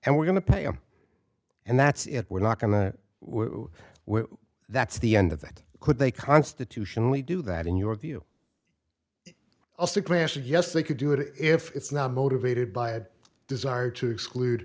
and we're going to pay him and that's it we're not going to that's the end of that could they constitutionally do that in your view also a classic yes they could do it if it's not motivated by a desire to exclude